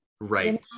Right